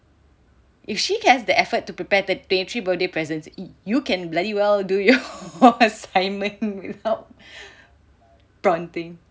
if she has the effort to prepare the twenty three birthday presents you can bloody well do your assignment you know